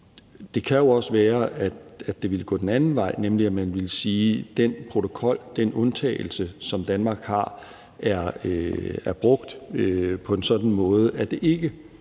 Det kan jo også være, at det ville gå den anden vej, nemlig at man ville sige: Den protokol, den undtagelse, som Danmark har, er brugt på en sådan måde, at det ikke har givet